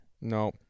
No